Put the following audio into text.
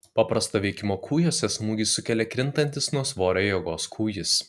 paprasto veikimo kūjuose smūgį sukelia krintantis nuo svorio jėgos kūjis